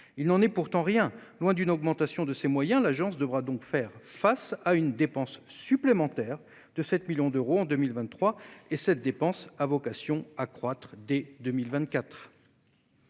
Il n'en est pourtant rien ! Loin d'une augmentation de ses moyens, l'Agence devra donc faire face à une dépense supplémentaire de 7 millions d'euros en 2023. Et cette dépense a vocation à croître dès 2024.